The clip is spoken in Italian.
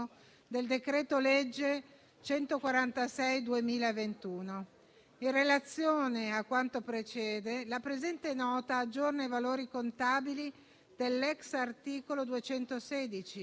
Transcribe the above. del decreto-legge n.146 del 2021. In relazione a quanto precede, la presente Nota aggiorna i valori contabili dell'*ex* articolo 216,